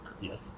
Yes